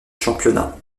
championnat